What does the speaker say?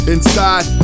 Inside